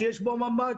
שיש בו ממ"ד,